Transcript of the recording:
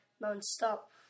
non-stop